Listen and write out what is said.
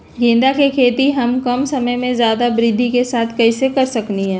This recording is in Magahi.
गेंदा के खेती हम कम जगह में ज्यादा वृद्धि के साथ कैसे कर सकली ह?